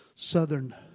Southern